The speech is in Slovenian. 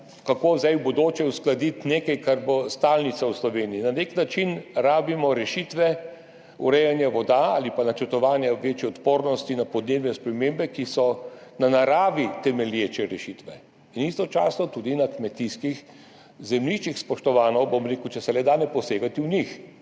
kako zdaj v bodoče uskladiti nekaj, kar bo stalnica v Sloveniji. Na nek način rabimo rešitve urejanja voda ali pa načrtovanja večje odpornosti na podnebne spremembe, ki so na naravi temelječe rešitve, in istočasno tudi na kmetijskih zemljiščih, spoštovano, bom rekel, če se le da, ne posegati v njih.